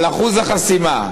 על אחוז החסימה,